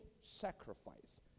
sacrifice